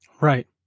Right